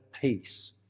peace